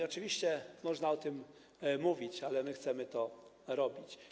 Oczywiście można o tym mówić, ale my chcemy to robić.